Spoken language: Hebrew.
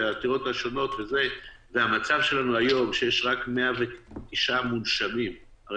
העתירות השונות וכו' והמצב שלנו היום כשיש רק 109 מונשמים הרי